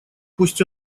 пусть